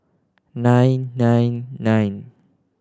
nine nine nine